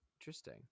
interesting